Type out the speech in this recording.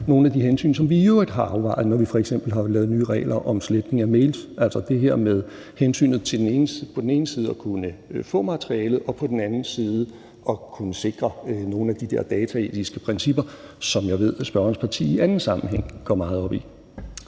nogle af de hensyn, som vi i øvrigt har afvejet, når vi f.eks. har lavet nye regler om sletning af e-mail, altså det her med på den ene side hensynet til at kunne få materialet og på den anden side til at kunne sikre nogle af de der dataetiske principper, som jeg ved spørgerens parti i anden sammenhæng går meget op i.